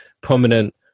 prominent